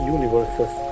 Universes